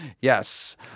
Yes